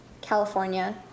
California